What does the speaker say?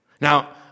Now